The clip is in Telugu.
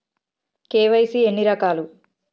కే.వై.సీ ఎన్ని రకాలు?